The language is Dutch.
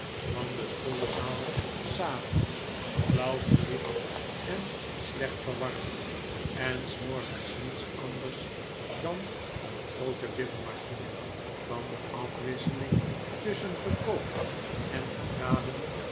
van de schoolzaal s avonds flauw verlicht en slecht verwarmd en s morgens niets anders dan een groote bibbermachine van de afwisseling tusschen gekookt en gebraden